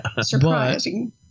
Surprising